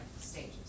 stages